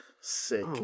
Sick